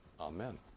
Amen